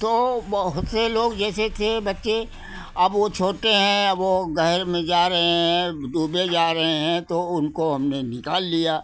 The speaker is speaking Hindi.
तो बहुत से लोग जैसे थे बच्चे अब वो छोटे हैं अब वो गहरे में जा रहे हैं डूबे जा रहे हैं तो उनको हमने निकाल लिया